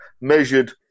measured